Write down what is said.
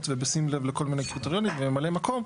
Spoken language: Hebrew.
ובשים לב לכל מיני קריטריונים וממלאי מקום.